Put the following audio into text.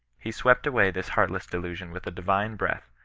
he swept away this heartless delusion with a divine breath,